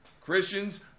Christians